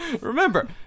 Remember